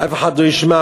אף אחד לא ישמע.